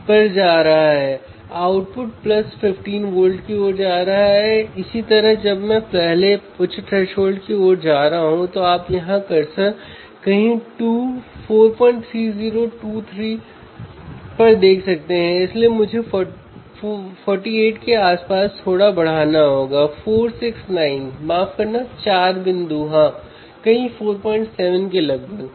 हम चैनल 2 से 55 वोल्ट देख सकते हैं